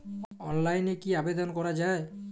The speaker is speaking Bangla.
অনলাইনে কি আবেদন করা য়ায়?